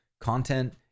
content